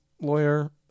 lawyer